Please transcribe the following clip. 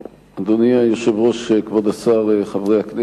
אצלי, כחבר מן